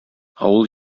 авыл